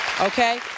Okay